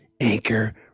anchor